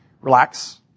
Relax